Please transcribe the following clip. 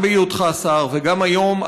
גם בהיותך שר וגם היום,